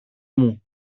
μου